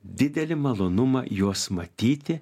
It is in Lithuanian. didelį malonumą juos matyti